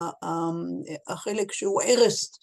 ‫החלק שהוא ערש